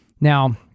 Now